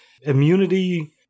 immunity